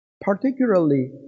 Particularly